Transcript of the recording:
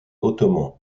ottoman